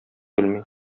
белми